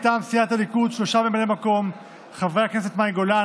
מטעם סיעת הליכוד שלושה ממלאי-מקום: חברי הכנסת מאי גולן,